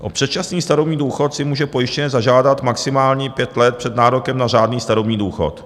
O předčasný starobní důchod si může pojištěnec zažádat maximálně pět let před nárokem na řádný starobní důchod.